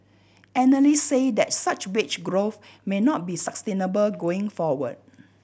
analysts said that such wage growth may not be sustainable going forward